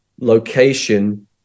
location